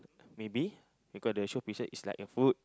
maybe because the show pieces is like a food